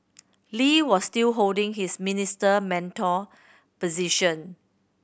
Lee was still holding his Minister Mentor position